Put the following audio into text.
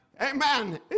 Amen